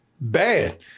Bad